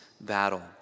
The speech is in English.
battle